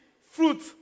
fruit